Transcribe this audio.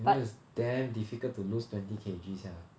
you know it's damn difficult to lose twenty K_G sia